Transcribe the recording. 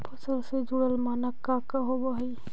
फसल से जुड़ल मानक का का होव हइ?